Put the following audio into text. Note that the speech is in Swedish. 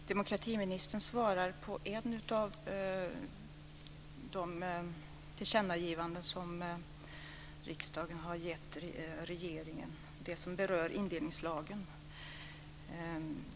Fru talman! Demokratiministern svarar på ett av de tillkännagivanden som riksdagen har gett till regeringen, nämligen det som berör indelningslagen.